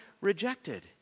rejected